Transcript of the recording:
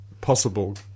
possible